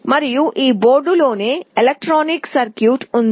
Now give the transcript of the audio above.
మరియు ఈ బోర్డులోనే కొన్ని ఎలక్ట్రానిక్ సర్క్యూట్ ఉంది